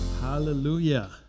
Hallelujah